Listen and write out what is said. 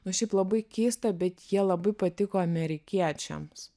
nu šiaip labai keista bet jie labai patiko amerikiečiams